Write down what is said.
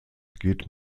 geht